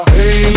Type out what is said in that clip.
Hey